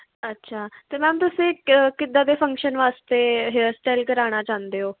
ਅੱਛਾ ਅਤੇ ਮੈਮ ਤੁਸੀਂ ਕਿੱਦਾਂ ਦੇ ਫੰਕਸ਼ਨ ਵਾਸਤੇ ਹੇਅਰ ਸਟਾਈਲ ਕਰਾਉਣਾ ਚਾਹੁੰਦੇ ਹੋ